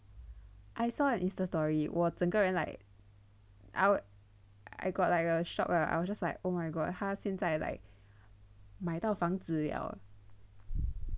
I saw on Insta story 我整个人 like I would I got like a shock lah I was just like oh my god 他现在买到房子了